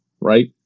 right